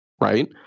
right